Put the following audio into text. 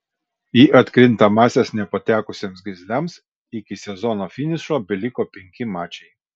į atkrintamąsias nepatekusiems grizliams iki sezono finišo beliko penki mačai